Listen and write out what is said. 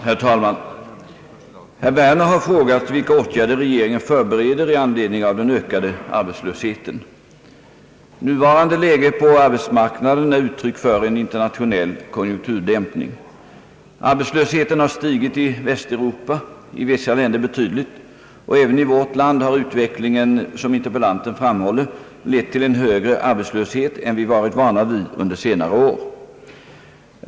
Herr talman! Herr Werner har frågat vilka åtgärder regeringen förbereder i anledning av den ökade arbetslösheten. Nuvarande läge på arbetsmarknaden är uttryck för en internationell konjunkturdämpning. Arbetslösheten har stigit i Västeuropa, i vissa länder betydligt, och även i vårt land har utvecklingen, som interpellanten framhåller, lett till en högre arbetslöshet än vi varit vana vid under senare år.